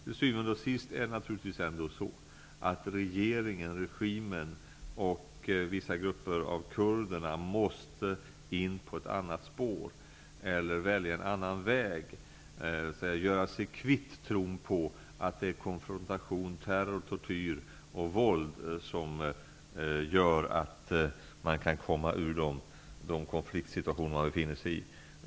Till syvende och sist är det naturligtvis så, att regimen och vissa grupper av kurderna måste in på ett annat spår eller välja en annan väg. Man måste göra sig kvitt tron på att det är konfrontation, terror, tortyr och våld som gör att man kan komma ur de konfliktsituationer man befinner sig i.